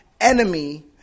enemy